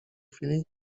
chwili